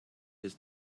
his